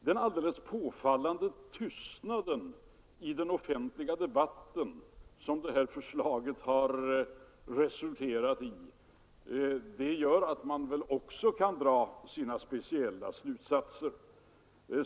Den alldeles påfallande tystnad i den offentliga debatten som detta förslag har resulterat i gör att man också kan dra sina speciella slutsatser.